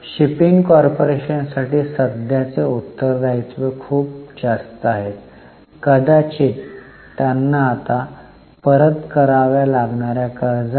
shipping कॉर्पोरेशनसाठी सध्याचे उत्तर दायित्व खूप जास्त आहेत कदाचित त्यांना आता परत करावे लागणार्या कर्जामुळे